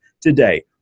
today